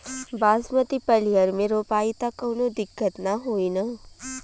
बासमती पलिहर में रोपाई त कवनो दिक्कत ना होई न?